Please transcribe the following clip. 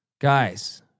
Guys